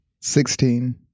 Sixteen